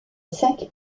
cinq